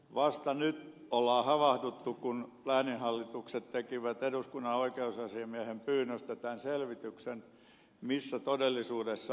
vasta nyt on havahduttu kun lääninhallitukset tekivät eduskunnan oikeusasiamiehen pyynnöstä tämän selvityksen missä todellisuudessa eletään